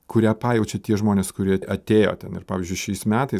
kurią pajaučia tie žmonės kurie a atėjo ten ir pavyzdžiui šiais metais